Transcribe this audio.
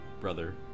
brother